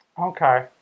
Okay